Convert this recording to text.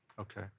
Okay